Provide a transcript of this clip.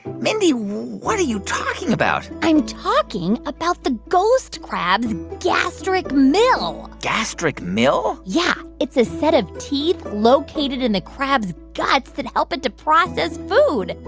mindy, what are you talking about? i'm talking about the ghost crab gastric mill gastric mill? yeah, it's a set of teeth located in the crab's guts that help it to process food.